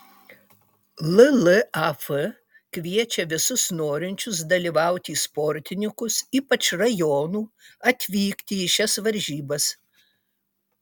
llaf kviečia visus norinčius dalyvauti sportininkus ypač rajonų atvykti į šias varžybas